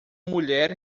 mulher